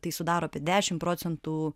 tai sudaro apie dešim procentų